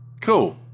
cool